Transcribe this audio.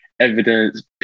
evidence